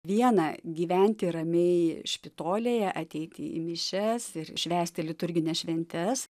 viena gyventi ramiai špitolėje ateiti į mišias ir švęsti liturgines šventes